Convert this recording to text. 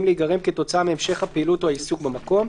להיגרם כתוצאה מהמשך הפעילות או העיסוק במקום,